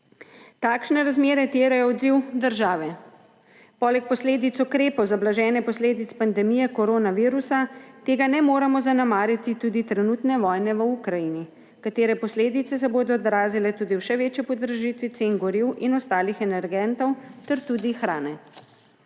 Takšne razmere terjajo odziv države. Poleg posledic ukrepov za blaženje posledic pandemije koronavirusa ne moremo zanemariti tudi trenutne vojne v Ukrajini, katere posledice se bodo odrazile tudi v še večji podražitvi cen goriv in ostalih energentov ter tudi hrane.